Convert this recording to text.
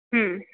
ह्म्